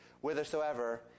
whithersoever